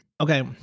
Okay